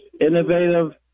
innovative